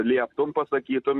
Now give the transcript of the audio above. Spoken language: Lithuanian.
lieptum pasakytum